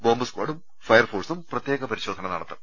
bomb സ്കാഡും fire ഫോഴ്സും പ്രത്യേകം പരിശോധന നടത്തും